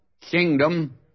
kingdom